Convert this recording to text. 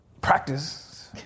practice